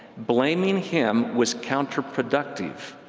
blaming him was counterproductive,